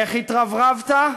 איך התרברבת?